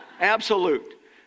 Absolute